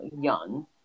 young